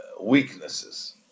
weaknesses